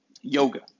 yoga